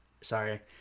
Sorry